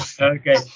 Okay